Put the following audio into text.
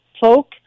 folk